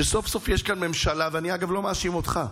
שסוף-סוף יש כאן ממשלה, ואני, אגב, לא מאשים אותך.